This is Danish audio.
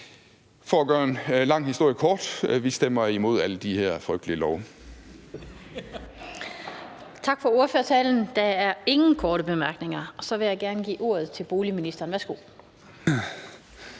For at gøre en lang historie kort: Vi stemmer imod alle de her frygtelige lovforslag. Kl. 17:09 Den fg. formand (Annette Lind): Tak for ordførertalen. Der er ingen korte bemærkninger. Så vil jeg gerne give ordet til boligministeren. Værsgo.